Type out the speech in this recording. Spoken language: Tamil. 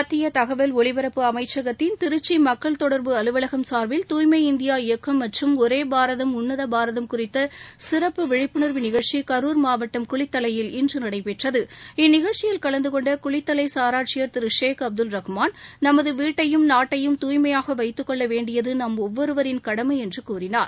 மத்திய தகவல் ஒலிபரப்பு அமைச்சகத்தின் திருச்சி மக்கள் தொடர்பு அலுவலகம் சார்பில் தூய்மை இந்தியா இயக்கம் மற்றம் ஒரே பாரதம் உன்னத பாரதம் குறித்த சிறப்பு விழிப்புணர்வு நிகழ்ச்சி கரூர் மாவட்டம் குளித்தலையில் இன்று நடைபெற்றது இந்நிகழ்ச்சியில் கலந்தனொண்ட குளித்தலை சார் ஆட்சியர் திரு ஷேக் அப்துல் ரகுமான் நமது வீட்டையும் நாட்டையும் தூய்மையாக வைத்துக் கொள்ள வேண்டியது தம் ஒவ்வொருவரின் கடமை என்று கூறினார்